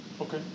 Okay